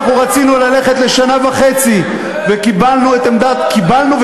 אנחנו רצינו ללכת לשנה וחצי וקיבלנו וכיבדנו